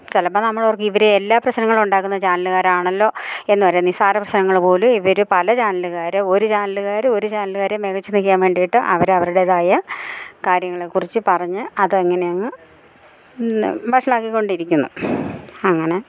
ചിലപ്പോൾ നമ്മൾ ഓർക്കും ഇവര് എല്ലാ പ്രശ്നങ്ങൾ ഉണ്ടാക്കുന്നത് ചാനലുകാരാണല്ലോ എന്ന് വരെ നിസാര പ്രശ്നങ്ങള് പോലും ഇവര് പല ചാനലുകാര് ഒര് ചാനലുകാര് ഒര് ചാനലുകാരെ മികച്ചു നിൽക്കാൻ വേണ്ടിയിട്ട് അവര് അവരുടേതായ കാര്യങ്ങളെക്കുറിച്ച് പറഞ്ഞ് അതങ്ങനെയങ്ങ് വഷളാക്കി കൊണ്ടിരിക്കുന്നു അങ്ങനെ